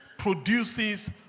produces